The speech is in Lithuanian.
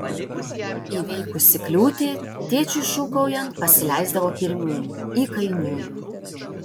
įveikusi kliūtį tėčiui šūkaujant pasileisdavo pirmyn įkainiui